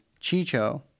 Chicho